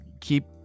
keep